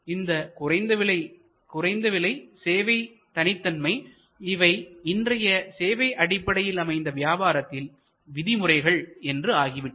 இந்த குறைந்த விலை சேவையில் தனித்தன்மை இவை இன்றைய சேவை அடிப்படையில் அமைந்த வியாபாரத்தில் விதிமுறைகள் என்று ஆகிவிட்டன